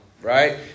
Right